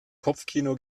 kopfkino